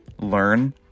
learn